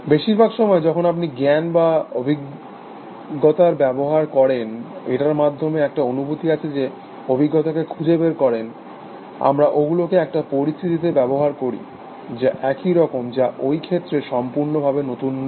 বেশিরভাগ সময় যখন আপনি জ্ঞাণ বা অভিজ্ঞতা ব্যবহার করেন এটার মধ্যে একটা অনুভূতি আছে যা অভিজ্ঞতাকে খুঁজে বের করেন আমরা ওগুলোকে একটা পরিস্থিতিতে ব্যবহার করি যা একই রকম যা ওই ক্ষেত্রে সম্পূর্ণভাবে নতুন নয়